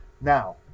Now